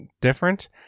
different